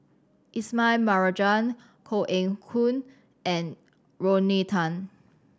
Ismail Marjan Koh Eng Hoon and Rodney Tan